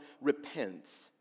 repents